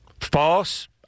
False